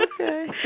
Okay